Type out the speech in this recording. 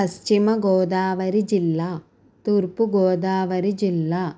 పశ్చిమ గోదావరి జిల్లా తూర్పు గోదావరి జిల్లా